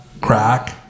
Crack